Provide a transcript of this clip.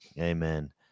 amen